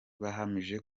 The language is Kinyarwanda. bahamije